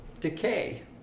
decay